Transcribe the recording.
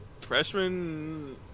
freshman